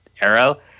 Arrow